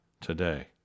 today